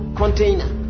container